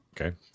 Okay